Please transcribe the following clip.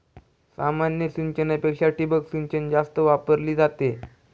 सामान्य सिंचनापेक्षा ठिबक सिंचन जास्त वापरली जाते